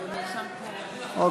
אוקיי.